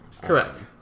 Correct